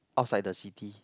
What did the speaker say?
outside the city